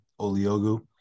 Oliogu